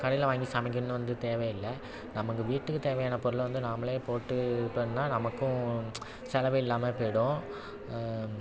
கடையில வாங்கி சமைக்கணுன்னு வந்து தேவை இல்லை நமக்கு வீட்டுக்கு தேவையான பொருளை வந்து நாமளே போட்டு பண்ணுனா நமக்கும் செலவு இல்லாமல் போயிடும்